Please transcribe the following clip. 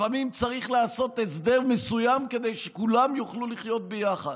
לפעמים צריך לעשות הסדר מסוים כדי שכולם יוכלו לחיות ביחד.